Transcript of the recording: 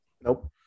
Nope